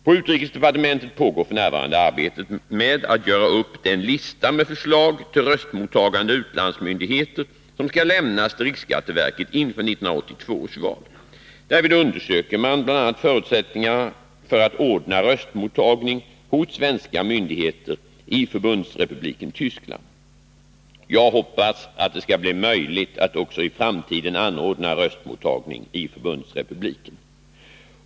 På utrikesdepartementet pågår f. n. arbetet med att göra upp den lista med förslag till röstmottagande utlandsmyndigheter som skall lämnas till riksskatteverket inför 1982 års val. Därvid undersöker man bl.a. förutsättningarna för att ordna röstmottagning hos svenska myndigheter i Förbundsrepubliken Tyskland. Jag hoppas att det skall bli möjligt att också i framtiden anordna röstmottagning i Förbundsrepubliken.